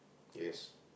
yes